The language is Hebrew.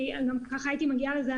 כי גם ככה הייתי מגיעה לזה.